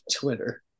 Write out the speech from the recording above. Twitter